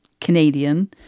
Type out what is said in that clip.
Canadian